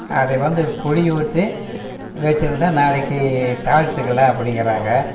அது வந்து புளி ஊற்றி வச்சுருந்தா நாளைக்கு தாளிச்சிக்கலாம் அப்படின்கிறாங்க